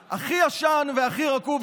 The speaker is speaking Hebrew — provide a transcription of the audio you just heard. גם כשמי שעושה את זה,